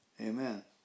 Amen